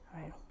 right